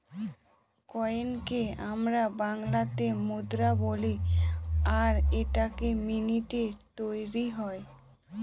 কয়েনকে আমরা বাংলাতে মুদ্রা বলি আর এটা মিন্টৈ তৈরী হয়